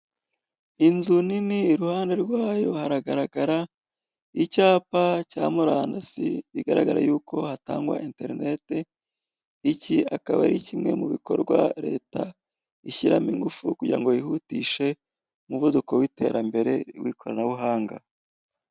Inzu nini, iruhande rwayo haragaragara icyapa cya murandasi, bigaragara yuko hatangwa enterinete, iki akaba ari kimwe mu bikorwa leta ishyiramo ingufu, kugira ngo yihutishe umuvuduko w'iterambere w'ikoranabuhanga.